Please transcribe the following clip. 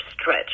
stretch